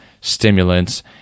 stimulants